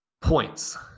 points